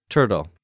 Turtle